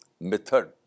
method